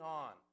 on